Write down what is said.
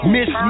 Miss